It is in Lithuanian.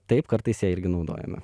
taip kartais ją irgi naudojame